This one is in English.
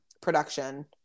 production